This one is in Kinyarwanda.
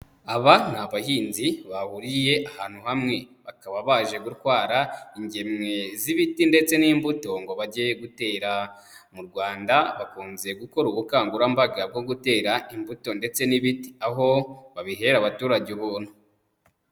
Aba ni abahinzi bahuriye ahantu hamwe, bakaba baje gutwara ingemwe z'ibiti ndetse n'imbuto ngo bajye gutera, mu Rwanda bakunze gukora ubukangurambaga bwo gutera imbuto ndetse n'ibiti, aho babihera abaturage ubuntu.